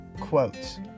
quotes